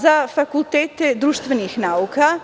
Za fakultete društvenih nauka,